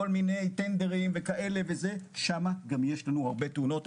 כל מיני טנדרים וכן הלאה, ושם יש לנו הרבה תאונות.